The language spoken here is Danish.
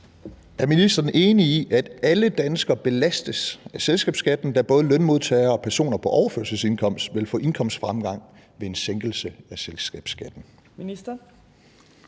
Er ministeren enig i, at alle danskere belastes af selskabsskatten, da både lønmodtagere og personer på overførselsindkomst vil få indkomstfremgang ved sænkelse af selskabsskatten? Fjerde